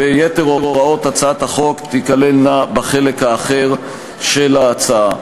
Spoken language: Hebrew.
ויתר הוראות הצעת החוק תיכללנה בחלק האחר של ההצעה.